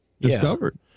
discovered